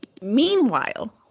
Meanwhile